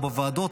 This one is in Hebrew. או בוועדות,